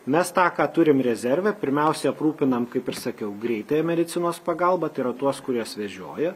mes tą ką turim rezerve pirmiausia aprūpinam kaip ir sakiau greitąją medicinos pagalbą tai yra tuos kuriuos vežioja